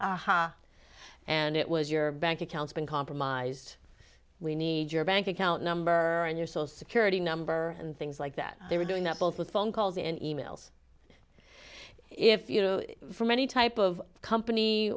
and it was your bank accounts been compromised we need your bank account number and your social security number and things like that they were doing that both with phone calls and e mails if you're from any type of company